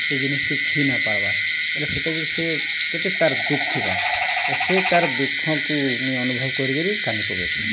ସେ ଜିନିଷ୍କେ ଛିଁ ନାଇ ପାର୍ବାର୍ ବେଲେ ସେତାକେ ସେ କେତେ ତା'ର୍ ଦୁଃଖ୍ ଥିବା ତ ସେ ତା'ର୍ ଦୁଃଖକୁ ମୁଇଁ ଅନୁଭବ କରିକିରି କାନ୍ଦି ପକେଇଥିଲି ନ